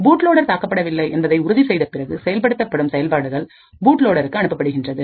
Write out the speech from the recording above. bootloader தாக்கப்படவில்லை என்பதை உறுதி செய்த பிறகுசெயல்படுத்தப்படும் செயல்பாடுகள்பூட் லோடருக்கு அனுப்பப்படுகின்றது